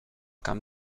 camp